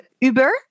Uber